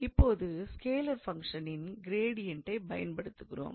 இப்பொழுது ஸ்கேலார் ஃபங்க்ஷனின் கிரேடியண்டை பயன்படுத்துகிறோம்